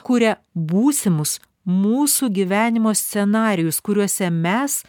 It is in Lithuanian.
kuria būsimus mūsų gyvenimo scenarijus kuriuose mes